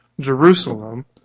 Jerusalem